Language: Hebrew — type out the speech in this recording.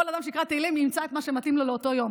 כל אדם שיקרא תהילים ימצא את מה שמתאים לו לאותו יום.